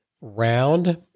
round